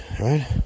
right